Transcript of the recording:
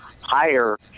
higher